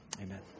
Amen